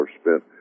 spent